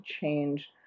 change